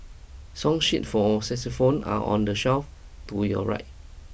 song sheet for xylophone are on the shelf to your right